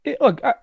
look